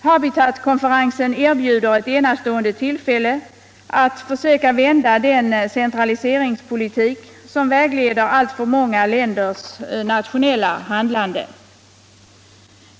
HABITAT-konferensen erbjuder ett enastående tillfälle att försöka vända den centraliseringspolitik som vägleder alltför många länders nationella handlande.